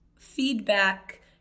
feedback